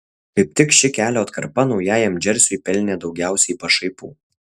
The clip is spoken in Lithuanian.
kaip tik ši kelio atkarpa naujajam džersiui pelnė daugiausiai pašaipų